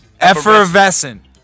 Effervescent